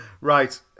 Right